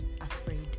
afraid